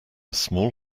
small